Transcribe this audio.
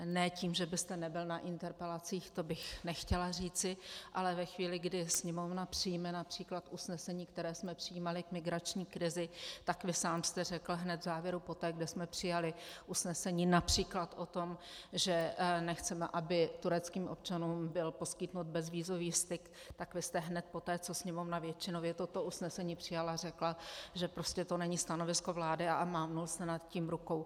Ne tím, že byste nebyl na interpelacích, to bych nechtěla říci, ale ve chvíli, kdy Sněmovna přijme např. usnesení, které jsme přijímali k migrační krizi, tak vy sám jste řekl hned v závěru poté, kde jsme přijali usnesení např. o tom, že nechceme, aby tureckým občanům byl poskytnut bezvízový styk, tak vy jste hned poté, co Sněmovna většinově toto usnesení přijala, řekl, že prostě to není stanovisko vlády, a mávl jste nad tím rukou.